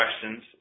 questions